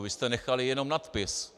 Vy jste nechali jenom nadpis.